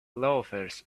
loafers